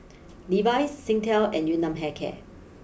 Levi's Singtel and Yun Nam Hair care